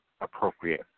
appropriate